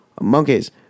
Monkeys